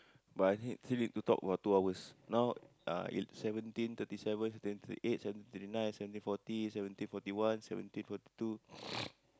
but I need still need to talk for two hours now ah it's seventeen thirty seven seventeen thirty eight seventeen thirty nine seventeen forty seventeen Forty One seventeen forty two